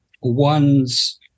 one's